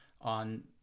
on